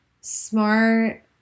Smart